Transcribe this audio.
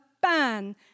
Ban